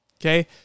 okay